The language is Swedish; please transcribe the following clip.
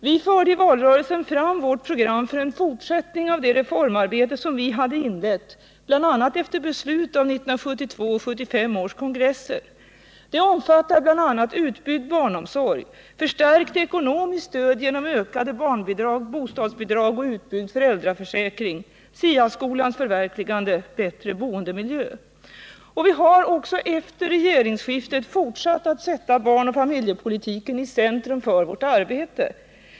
Vi förde i valrörelsen fram vårt program för en fortsättning av det reformarbete som vi då hade inlett — bl.a. efter beslut av 1972 och 1975 års partikongresser. Det omfattar bl.a. utbyggd barnomsorg, förstärkt ekonomiskt stöd genom ökade barnbidrag och bostadsbidrag, utbyggd föräldraförsäkring, SIA-skolans förverkligande och bättre boendemiljö. Vi har också efter regeringsskiftet fortsatt att sätta barnoch familjepolitiken i centrum för vårt arbete.